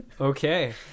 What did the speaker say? Okay